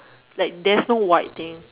like there's no white thing